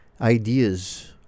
ideas